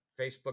Facebook